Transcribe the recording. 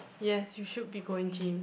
yes you should be going gym